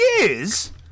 years